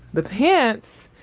the pants.